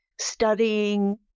studying